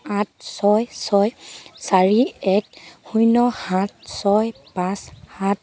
আঠ ছয় ছয় চাৰি এক শূন্য সাত ছয় পাঁচ সাত